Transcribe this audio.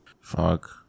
fuck